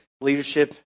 Leadership